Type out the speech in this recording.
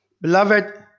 Beloved